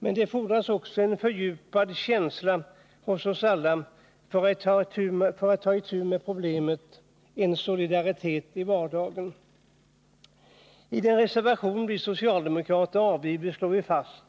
Men det fordras också en fördjupad känsla hos oss alla för att ta itu med problemen — en solidaritet i vardagen. I den reservation vi socialdemokrater avgivit slår vi fast,